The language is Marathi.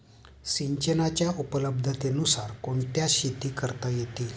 सिंचनाच्या उपलब्धतेनुसार कोणत्या शेती करता येतील?